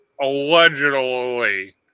Allegedly